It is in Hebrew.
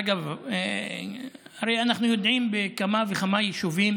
אגב, הרי אנחנו יודעים, בכמה וכמה יישובים